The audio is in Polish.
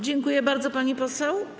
Dziękuję bardzo, pani poseł.